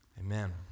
Amen